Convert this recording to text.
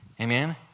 Amen